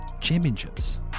championships